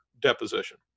deposition